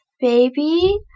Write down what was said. baby